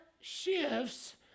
shifts